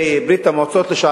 ברגע זה נכנס השר